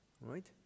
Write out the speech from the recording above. Right